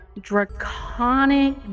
draconic